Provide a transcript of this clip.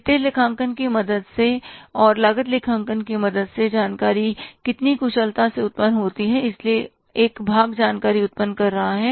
वित्तीय लेखांकन की मदद से और लागत लेखांकन की मदद से जानकारी कितनी कुशलता से उत्पन्न होती है इसलिए एक भाग जानकारी उत्पन्न कर रहा है